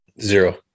Zero